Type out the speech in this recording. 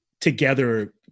together